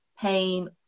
pain